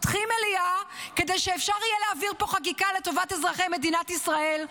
פותחים מליאה כדי שאפשר יהיה להעביר פה חקיקה לטובת אזרחי מדינת ישראל,